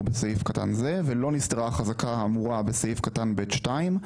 בסעיף קטן זה ולא נסתרה החזקה האמורה בסעיף קטן (ב)(2),